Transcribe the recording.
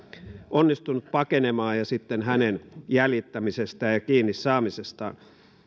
onnistunut pakenemaan ja sitten hänen jäljittämisestään ja kiinni saamisestaan